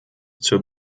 zur